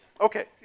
Okay